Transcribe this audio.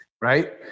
Right